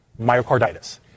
myocarditis